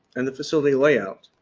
and the facility layout.